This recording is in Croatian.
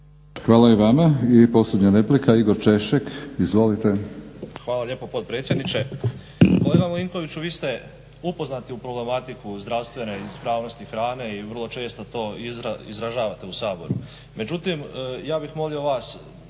Hvala i vama. I posljednja replika, Igor Češek. Izvolite. **Češek, Igor (HDSSB)** Hvala lijepo potpredsjedniče. Kolega Milinkoviću vi ste upoznati u problematiku zdravstvene ispravnosti hrane i vrlo često to izražavate u Saboru,